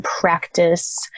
practice